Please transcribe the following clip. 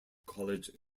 college